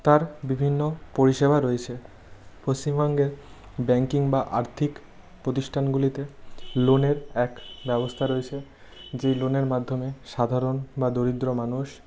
তার বিভিন্ন পরিষেবা রয়েছে পশ্চিমবঙ্গের ব্যাঙ্কিং বা আর্থিক প্রতিষ্ঠানগুলিতে লোনের এক ব্যবস্থা রয়েছে যেই লোনের মাধ্যমে সাধারণ বা দরিদ্র মানুষ